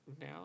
now